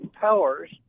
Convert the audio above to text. powers